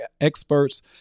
experts